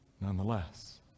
Nonetheless